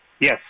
Yes